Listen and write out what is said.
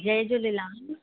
Jay Jhulelal